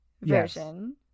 version